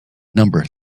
number